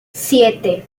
siete